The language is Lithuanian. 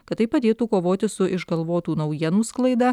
kad tai padėtų kovoti su išgalvotų naujienų sklaida